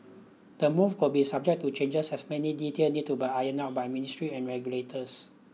the move could be subject to changers as many detail need to be ironed out by ministry and regulators